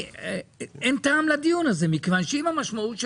אין טעם לדיון הזה מכיוון שאם המשמעות של